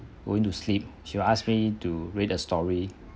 going to sleep she will ask me to read a story